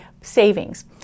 savings